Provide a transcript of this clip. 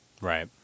Right